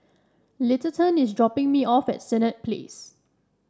Littleton is dropping me off at Senett Place